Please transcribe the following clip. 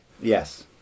yes